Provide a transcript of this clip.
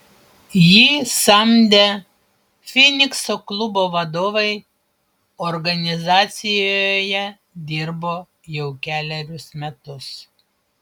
jį samdę finikso klubo vadovai organizacijoje dirbo jau kelerius metus